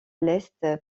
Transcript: l’est